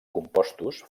compostos